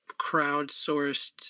crowdsourced